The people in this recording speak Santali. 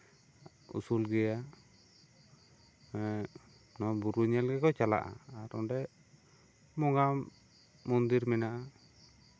ᱩᱥᱩᱞ ᱜᱮᱭᱟ ᱮᱜ ᱱᱚᱣᱟ ᱵᱩᱨᱩ ᱧᱮᱞ ᱜᱮᱠᱚ ᱪᱟᱞᱟᱜᱼᱟ ᱟᱨ ᱚᱸᱰᱮ ᱵᱚᱸᱜᱟ ᱢᱚᱱᱫᱤᱨ ᱢᱮᱱᱟᱜᱼᱟ